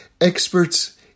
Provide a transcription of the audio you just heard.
experts